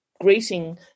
Greeting